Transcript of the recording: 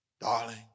Darling